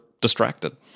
distracted